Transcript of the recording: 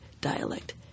dialect